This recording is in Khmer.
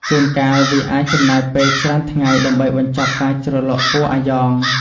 ជួនកាលវាអាចចំណាយពេលច្រើនថ្ងៃដើម្បីបញ្ចប់ការជ្រលក់ពណ៌អាយ៉ង។